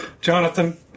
Jonathan